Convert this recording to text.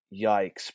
Yikes